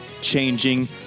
Changing